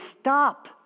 stop